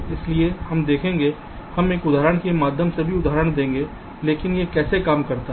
इसलिए हम देखेंगे हम एक उदाहरण के माध्यम से भी उदाहरण देंगे लेकिन यह कैसे काम करता है